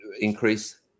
increase